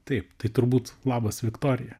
taip tai turbūt labas viktorija